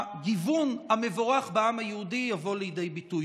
הגיוון המבורך בעם היהודי יבוא לידי ביטוי?